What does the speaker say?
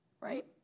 Right